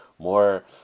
More